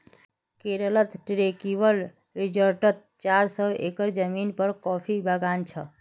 केरलत ट्रैंक्विल रिज़ॉर्टत चार सौ एकड़ ज़मीनेर पर कॉफीर बागान छ